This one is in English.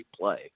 play